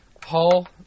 Paul